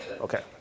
Okay